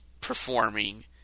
performing